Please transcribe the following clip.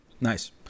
nice